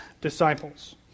disciples